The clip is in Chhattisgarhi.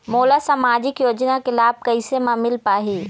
मोला सामाजिक योजना के लाभ कैसे म मिल पाही?